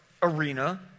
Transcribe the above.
arena